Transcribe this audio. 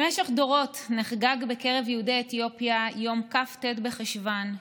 במשך דורות נחגג בקרב יהודי אתיופיה יום כ"ט בחשוון,